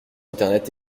internet